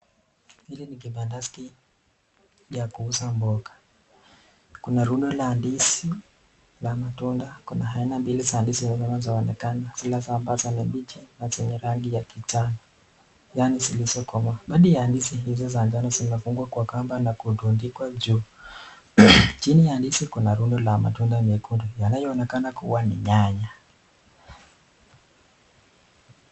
Hili ni kibandaski cha kuuza mboga. Kuna rundo la ndizi la matunda. Kuna aina mbili za ndizi zinazoonekana, zile za ambazo ni mbichi na zenye rangi ya kijani, yaani zilizo komaa. Baadhi ya ndizi hizo za njano zimefungwa kwa kamba na kudundikwa juu. Chini ya ndizi kuna rundo la matunda mekundu yanayoonekana kuwa ni nyanya.